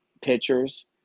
pitchers